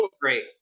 great